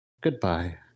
goodbye